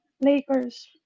Lakers